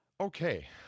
Okay